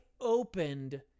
opened